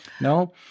no